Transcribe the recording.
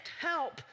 help